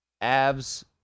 Abs